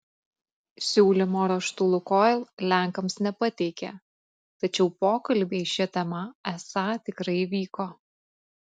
siūlymo raštu lukoil lenkams nepateikė tačiau pokalbiai šia tema esą tikrai vyko